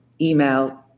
email